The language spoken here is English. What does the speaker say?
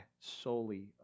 solely